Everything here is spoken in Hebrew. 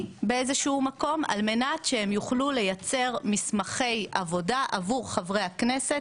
על מנת שהם יוכלו ליצור מסמכי עבודה עבור חברי הכנסת